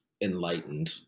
enlightened